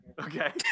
Okay